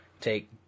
Take